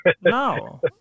No